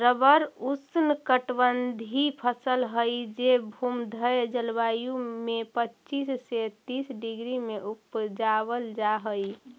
rubber ऊष्णकटिबंधी फसल हई जे भूमध्य जलवायु में पच्चीस से तीस डिग्री में उपजावल जा हई